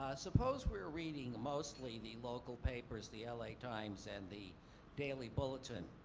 suppose we're reading mostly the local papers, the la times and the daily bulletin.